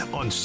on